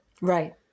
Right